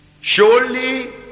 Surely